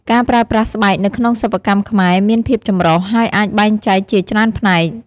ការប្រើប្រាស់ស្បែកនៅក្នុងសិប្បកម្មខ្មែរមានភាពចម្រុះ ហើយអាចបែងចែកជាច្រើនផ្នែក។